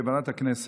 בקונסנזוס,